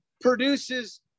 produces